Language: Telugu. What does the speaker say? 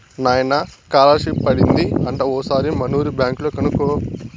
నాయనా కాలర్షిప్ పడింది అంట ఓసారి మనూరి బ్యాంక్ లో కనుకో